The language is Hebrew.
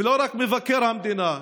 ולא רק מבקר המדינה,